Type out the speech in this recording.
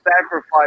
sacrifice